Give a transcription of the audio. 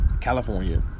California